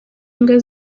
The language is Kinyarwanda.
imbwa